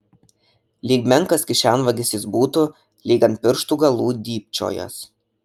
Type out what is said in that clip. lyg menkas kišenvagis jis būtų lyg ant pirštų galų dybčiojąs